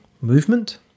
movement